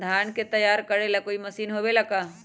धान के तैयार करेला कोई मशीन होबेला का?